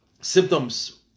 Symptoms